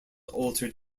altered